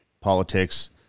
politics